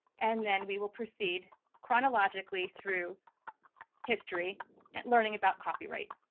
and then we will proceed chronologically through history and learning about copyright.